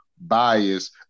bias